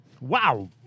Wow